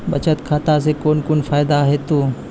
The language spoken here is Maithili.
बचत खाता सऽ कून कून फायदा हेतु?